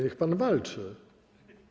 Niech pan walczy.